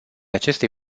acestei